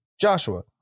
Joshua